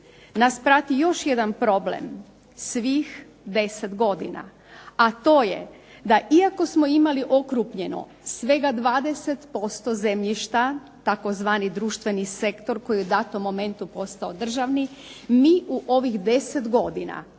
Nas prati još jedan problem svih 10 godina, a to je da iako smo imali okrupnjeno svega 20% zemljišta, tzv. Društveni sektor koji je u datom momentu posao državni, mi u ovih 10 godina,